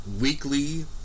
weekly